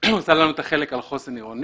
שעושה לנו את החלק על החוסן העירוני.